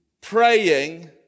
praying